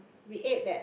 we ate that